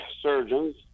surgeons